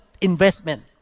investment